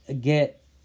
get